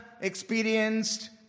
experienced